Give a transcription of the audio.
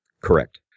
Correct